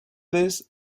this